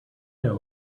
know